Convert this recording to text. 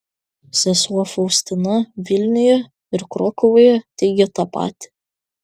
sesuo faustina vilniuje ir krokuvoje teigė tą patį